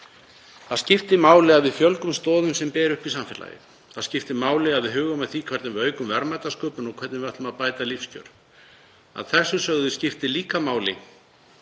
Það skiptir máli að við fjölgum stoðum sem bera uppi samfélagið. Það skiptir máli að við hugum að því hvernig við aukum verðmætasköpun og hvernig við ætlum að bæta lífskjör. Að þessu sögðu skiptir líka máli